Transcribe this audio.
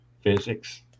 physics